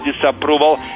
disapproval